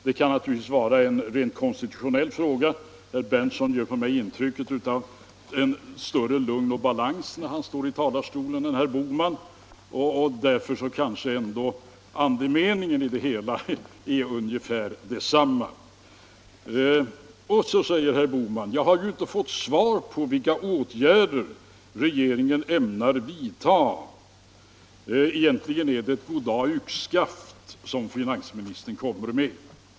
Det kan naturligtvis vara en rent konstitutionell skillnad; herr Berndtson ger mig från talarstolen intrycket av större lugn och balans än herr Bohman, så andemeningen i deras anföranden kanske är ungefär densamma. Herr Bohman sade att han inte fått svar på frågan, vilka åtgärder regeringen ämnar vidta; egentligen var det svar finansministern kom med ett goddag — yxskaft.